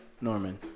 Norman